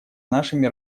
нашими